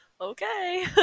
Okay